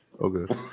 Okay